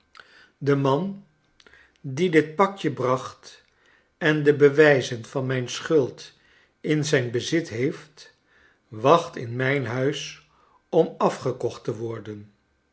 do man die dit pakje bracht en de bewijzen van mijn schuld in zijn bezit heeft wacht in mijn huis om afgekocht te worden